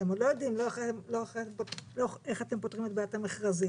אתם עוד לא יודעים איך אתם פותרים את בעיית המכרזים